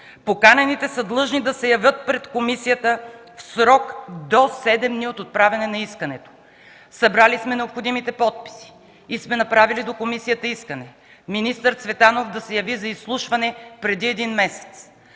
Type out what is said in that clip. Поканените са длъжни да се явят пред комисията в срок до 7 дни от отправяне на искането”. Събрали сме необходимите подписи и сме отправили искане към комисията министър Цветанов да се яви на изслушване – преди един месец.